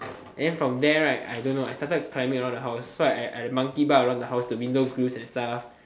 then from there right I don't know I started climbing around the house so I I monkey bar around the house the window grills and stuff